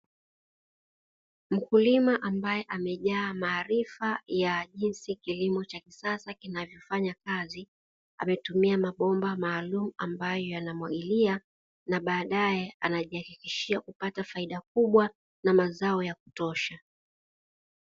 Mkulima ambaye amejaa maarifa ya jinsi kilimo cha kisasa kinavyofanya kazi, ametumia mabomba maalumu, ambayo yanamwagilia, na baadaye anajihakikishia kupata faida kubwa na mazao ya kutosha.